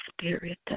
Spirit